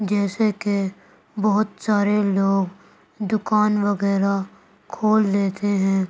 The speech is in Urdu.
جیسے کہ بہت سارے لوگ دکان وغیرہ کھول لیتے ہیں